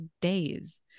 days